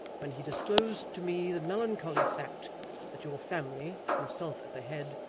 when he disclosed to me the melancholy fact that your family, himself at the head,